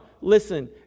listen